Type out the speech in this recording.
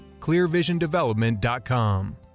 clearvisiondevelopment.com